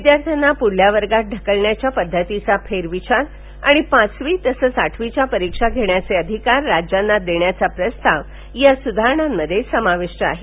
विद्यार्थ्यांना पुढच्या वर्गात ढकलण्याच्या पद्धतीचा फेरविचार आणि पाचवी तसंच आठवीच्या परिक्षा घेण्याचे अधिकार राज्यांना देण्याचा प्रस्ताव या सुधारणांमध्ये समाविष्ट आहे